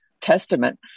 Testament